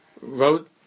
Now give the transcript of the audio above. wrote